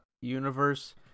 universe